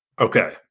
Okay